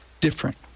different